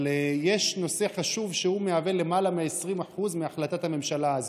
אבל יש נושא חשוב שהוא למעלה מ-20% מהחלטת הממשלה הזאת,